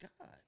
God